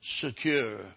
secure